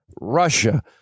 Russia